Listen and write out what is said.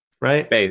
right